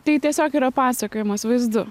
tai tiesiog yra pasakojimas vaizdu